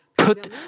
Put